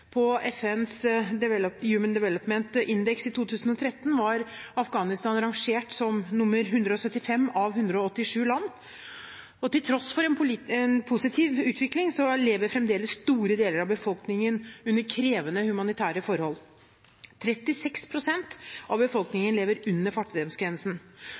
På FNs Human Development Index i 2013 var Afghanistan rangert som nummer 175 av 187 land, og til tross for en positiv utvikling lever fremdeles store deler av befolkningen under krevende humanitære forhold. 36 pst. av befolkningen lever under fattigdomsgrensen.